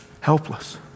Helpless